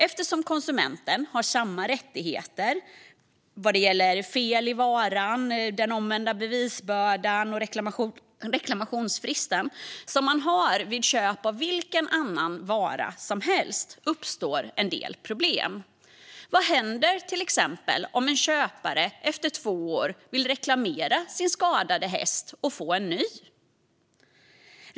Eftersom konsumenten har samma rättigheter när det gäller fel i varan, den omvända bevisbördan och reklamationsfristen som vid ett köp av vilken annan vara som helst uppstår en del problem. Vad händer till exempel om en köpare efter två år vill reklamera sin skadade häst och få en ny?